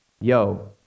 yo